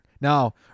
Now